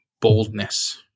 boldness